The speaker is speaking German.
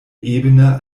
ebene